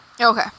Okay